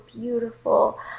beautiful